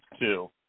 two